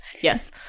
Yes